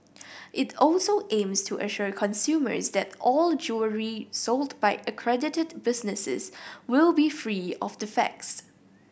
it also aims to assure consumers that all jewellery sold by accredited businesses will be free of defects